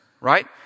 right